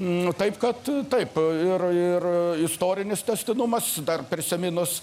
nu taip kad taip ir ir istorinis tęstinumas dar prisiminus